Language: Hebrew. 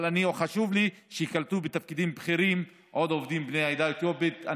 אבל חשוב לי שייקלטו בתפקידים בכירים עוד עובדים בני העדה האתיופית.